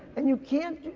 and you can't,